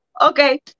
Okay